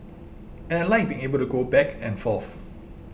and I like being able to go back and forth